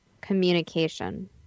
Communication